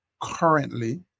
currently